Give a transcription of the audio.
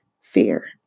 fear